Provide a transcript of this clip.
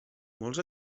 molts